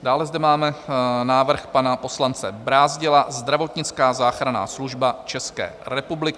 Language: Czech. Dále zde máme návrh pana poslance Brázdila Zdravotnická záchranná služba České republiky.